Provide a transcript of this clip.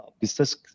business